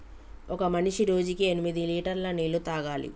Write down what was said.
ఒక మనిషి రోజుకి ఎనిమిది లీటర్ల నీళ్లు తాగాలి